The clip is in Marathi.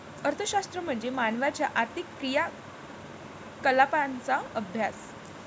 अर्थशास्त्र म्हणजे मानवाच्या आर्थिक क्रियाकलापांचा अभ्यास